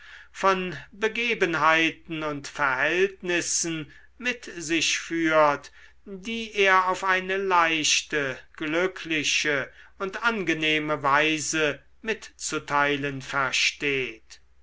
von begebenheiten und verhältnissen mit sich führt die er auf eine leichte glückliche und angenehme weise mitzuteilen versteht